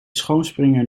schoonspringen